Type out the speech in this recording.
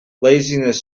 laziness